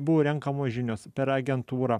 buvo renkamos žinios per agentūrą